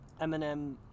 Eminem